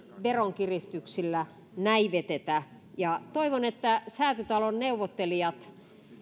veronkiristyksillä näivetetä toivon että säätytalon neuvottelijat